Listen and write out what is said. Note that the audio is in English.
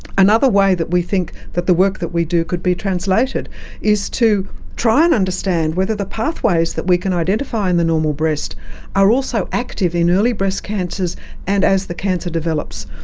another way that we think that the work that we do could be translated is to try and understand whether the pathways that we can identify in the normal breast are also active in early breast cancers and as the cancer develops.